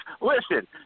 listen